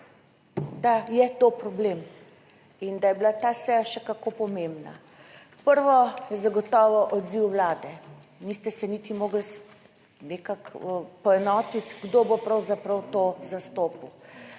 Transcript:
da je to problem, in da je bila ta seja še kako pomembna. Prvo je zagotovo odziv Vlade, niste se niti mogli nekako poenotiti kdo bo pravzaprav to zastopal.